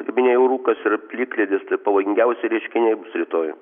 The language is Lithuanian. kaip minėjau rūkas ir plikledis tai pavojingiausi reiškiniai bus rytoj